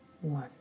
one